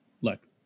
Look